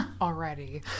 Already